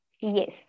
Yes